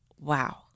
Wow